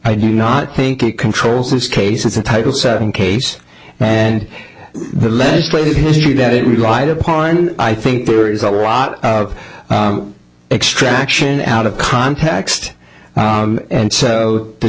i do not think it controls this case it's a type of case and the legislative history that it relied upon i think there is a lot of extraction out of context and so the